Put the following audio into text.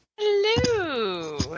Hello